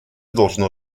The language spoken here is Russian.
должно